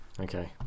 Okay